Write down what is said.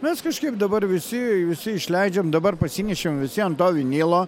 mes kažkaip dabar visi visi išleidžiam dabar pasinešėm visi ant to vinilo